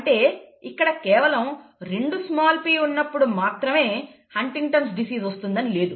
అంటే ఇక్కడ కేవలం రెండు స్మాల్ p ఉన్నప్పుడు మాత్రమే హంటింగ్టన్'స్ డిసీస్ వస్తుందని లేదు